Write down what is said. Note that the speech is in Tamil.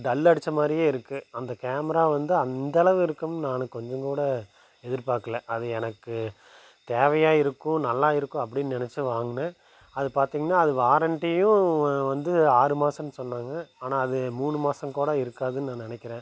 டல் அடித்த மாதிரியே இருக்குது அந்த கேமரா வந்து அந்தளவு இருக்கும் நான் கொஞ்சம் கூட எதிர்பார்க்கல அது எனக்கு தேவையாக இருக்கும் நல்லா இருக்கும் அப்டின்னு நினச்சி தான் வாங்கினேன் அது பார்த்திங்கன்னா அது வாரண்ட்டியும் வ வந்து ஆறு மாதம்னு சொன்னாங்க ஆனால் அது மூணு மாதம் கூட இருக்காதுன்னு நான் நினைக்கிறேன்